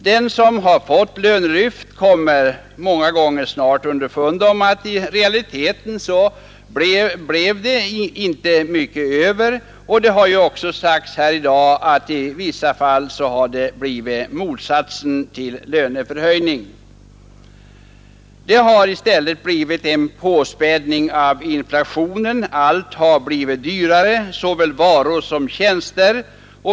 Den som har fått lönelyft kommer många gånger snart underfund med att det i realiteten inte blev mycket över. Det har också sagts här i dag att i vissa fall har det blivit motsatsen till löneförhöjning. I stället har det skett en påspädning av inflationen. Allt har blivit dyrare, såväl varor som tjänster.